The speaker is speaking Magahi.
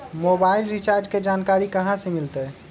मोबाइल रिचार्ज के जानकारी कहा से मिलतै?